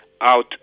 out